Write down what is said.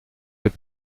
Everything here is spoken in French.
vais